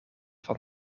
van